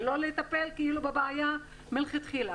ולא לטפל בבעיה מלכתחילה?